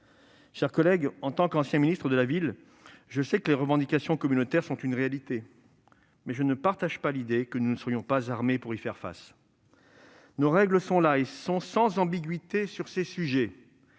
pas éteindre. En tant qu'ancien ministre de la ville, je sais que les revendications communautaires sont une réalité, mais je ne partage pas l'idée selon laquelle nous ne serions pas armés pour y faire face. Nos règles sont là, et sont sans ambiguïtés sur ces sujets.